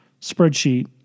spreadsheet